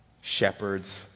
shepherds